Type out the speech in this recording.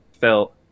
felt